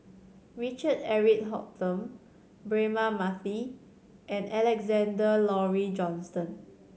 Richard Eric Holttum Braema Mathi and Alexander Laurie Johnston